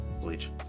Bleach